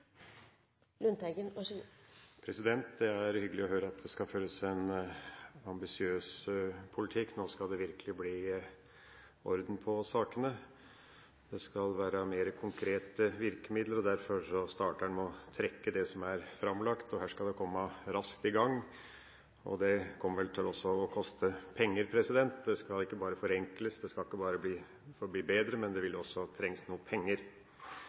Det er hyggelig å høre at det skal føres en ambisiøs politikk – nå skal det virkelig bli orden på sakene. Det skal være mer konkrete virkemidler. Derfor starter en med å trekke det som er framlagt – her skal en komme raskt i gang. Dette kommer vel også til å koste penger. Det skal ikke bare forenkles, det skal ikke bare bli bedre – en vil også trenge noen penger.